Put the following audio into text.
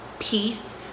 Peace